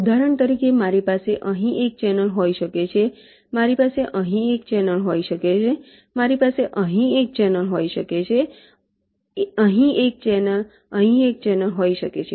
ઉદાહરણ તરીકે મારી પાસે અહીં એક ચેનલ હોઈ શકે છે મારી પાસે અહીં એક ચેનલ હોઈ શકે છે મારી પાસે અહીં એક ચેનલ હોઈ શકે છે અહીં એક ચેનલ અહીં એક ચેનલ હોઈ શકે છે